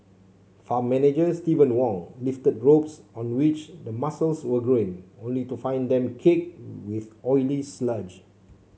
farm manager Steven Wong lifted ropes on which the mussels were growing only to find them caked with oily sludge